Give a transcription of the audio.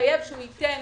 התחייב השבוע שהוא ייתן